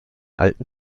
alten